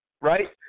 right